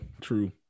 true